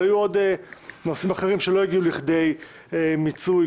אבל היו עוד נושאים שלא הגיעו לכדי מיצוי,